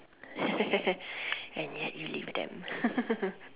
and yet you leave them